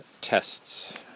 tests